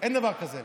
אין דבר כזה.